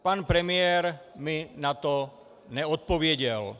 Pan premiér mi na to neodpověděl.